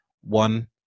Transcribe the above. One